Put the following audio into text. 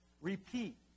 Repeat